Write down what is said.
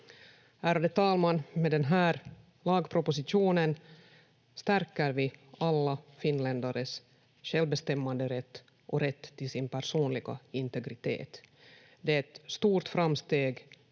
Ärade talman! Med den här lagpropositionen stärker vi alla finländares självbestämmanderätt och rätt till sin personliga integritet. Det är ett stort framsteg